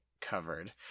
covered